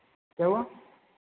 क्या हुआ